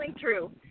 true